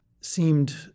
seemed